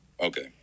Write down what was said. Okay